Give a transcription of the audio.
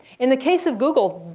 in the case of google,